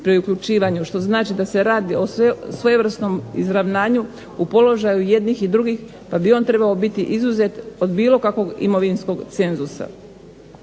pri uključivanju. Što znači da se radi o svevrsnom izravnanju u položaju jednih i drugih pa bi on trebao biti izuzet od bilo kakvog imovinskog cenzusa.